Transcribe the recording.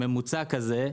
בממוצע כזה.